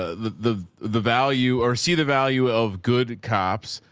ah the, the, the value are, see the value of good cops,